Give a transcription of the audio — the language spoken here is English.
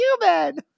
human